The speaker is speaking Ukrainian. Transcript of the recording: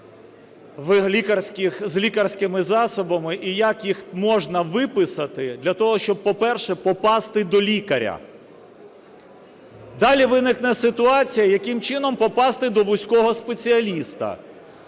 з лікарськими засобами і як їх можна виписати для того, щоб, по-перше, попасти до лікаря? Далі виникне ситуація: яким чином попасти до вузького спеціаліста?